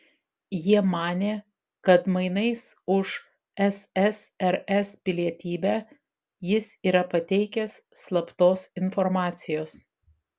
jie manė kad mainais už ssrs pilietybę jis yra pateikęs slaptos informacijos